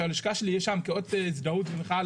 כאות הזדהות ומחאה.